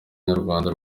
nyarwanda